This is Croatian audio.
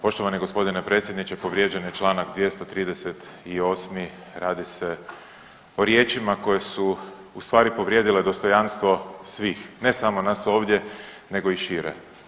Poštovani gospodine predsjedniče povrijeđen je Članak 238. radi se o riječima koje su u stvari povrijedile dostojanstvo svih, ne samo nas ovdje nego i šire.